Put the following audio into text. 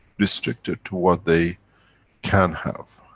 restricted to what they can have.